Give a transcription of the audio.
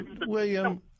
William